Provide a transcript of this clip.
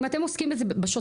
אם אתם עוסקים בזה בשוטף,